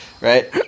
Right